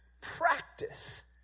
practice